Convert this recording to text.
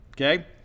okay